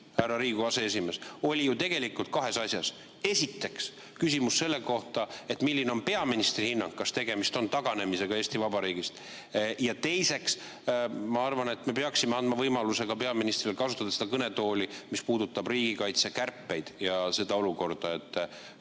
härra Riigikogu aseesimees, oli ju tegelikult kahes asjas. Esiteks, küsimus selle kohta, milline on peaministri hinnang, kas tegemist on taganemisega Eesti Vabariigist, ja teiseks ma arvan, et me peaksime andma võimaluse peaministril kasutada seda kõnetooli, selgitamaks riigikaitsekärpeid ja seda olukorda.